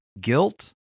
guilt